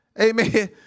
Amen